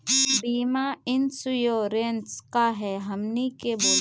बीमा इंश्योरेंस का है हमनी के बोली?